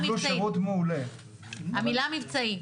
הירוק - מצוין,